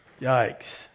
yikes